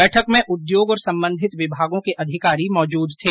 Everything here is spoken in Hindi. बैठक में उद्योग और संबंधित विभागों के अधिकारी मौजूद थे